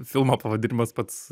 filmo pavadinimas pats